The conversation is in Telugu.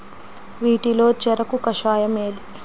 వీటిలో చెరకు కషాయం ఏది?